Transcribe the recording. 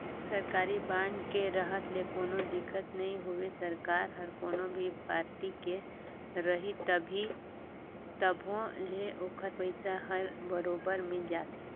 सरकारी बांड के रहत ले कोनो दिक्कत नई होवे सरकार हर कोनो भी पारटी के रही तभो ले ओखर पइसा हर बरोबर मिल जाथे